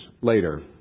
later